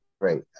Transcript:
great